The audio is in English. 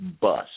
bus